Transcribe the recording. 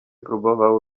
próbował